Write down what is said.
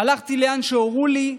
הלכתי לאן שהורו לי,